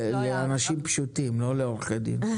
לאנשים פשוטים, לא לעורכי דין.